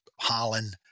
Holland